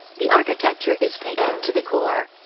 the architecture is pagan to the core.